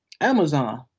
Amazon